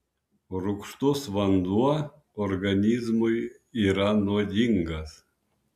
rūgštus vanduo organizmui yra nuodingas